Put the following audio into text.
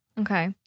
Okay